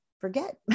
forget